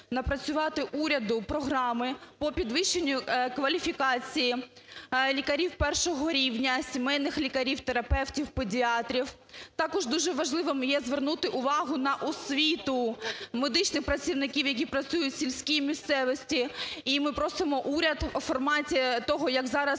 напрацювати уряду програми по підвищенню кваліфікації лікарів першого рівня, сімейних лікарів, терапевтів, педіатрів. Також дуже важливим є звернути увагу на освіту медичних працівників, які працюють у сільській місцевості. І ми просимо уряд у форматі того, як зараз